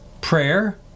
prayer